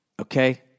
Okay